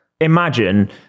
imagine